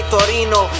Torino